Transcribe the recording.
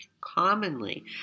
commonly